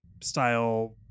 style